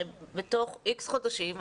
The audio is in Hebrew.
שבתוך איקס חודשים,